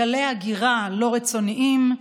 גלי הגירה לא רצוניים,